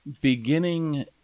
beginning